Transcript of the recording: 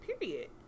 period